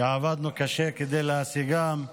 שעבדנו קשה כדי להשיגן,